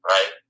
Right